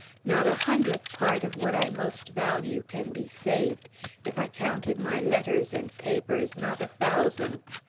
not a hundredth part of what i most value can be saved if i counted my letters and papers, not a thousandth.